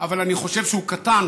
אבל אני חושב שהוא קטן